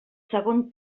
segon